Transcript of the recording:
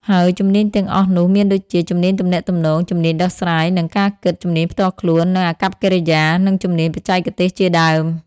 ហើយជំនាញទាំងអស់នោះមានដូចជា ជំនាញទំនាក់ទំនង ជំនាញដោះស្រាយ និងការគិត ជំនាញផ្ទាល់ខ្លួន និងអាកប្បកិរិយា និងជំនាញបច្ចេកទេសជាដើម។